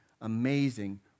amazing